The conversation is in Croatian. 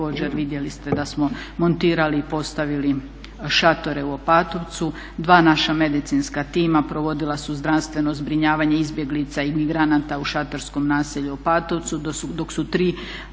vidjeli ste da smo montirali i postavili šatore u Opatovcu. Dva naša medicinska tima provodila su zdravstveno zbrinjavanje izbjeglica i migranata u šatorskom naselju Opatovcu